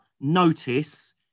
notice